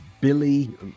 Billy